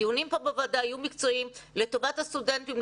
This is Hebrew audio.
הדיונים בוועדה כאן יהיו מקצועיים לטובת הסטודנטים,